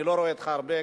אני לא רואה אותך הרבה.